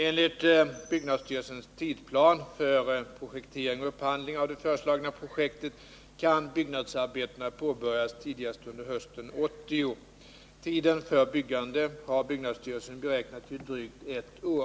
Enligt byggnadsstyrelsens tidsplan för projektering och upphandling av det föreslagna projektet kan byggnadsarbetena påbörjas tidigast under hösten 1980. Tiden för byggande har byggnadsstyrelsen beräknat till drygt ett år.